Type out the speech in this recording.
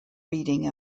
reading